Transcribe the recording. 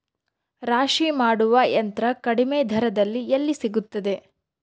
ರಾಶಿ ಮಾಡುವ ಯಂತ್ರ ಕಡಿಮೆ ದರದಲ್ಲಿ ಎಲ್ಲಿ ಸಿಗುತ್ತದೆ?